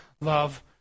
love